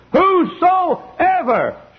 Whosoever